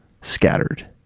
scattered